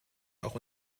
auch